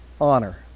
honor